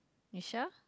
you sure